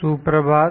सुप्रभात